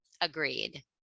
Agreed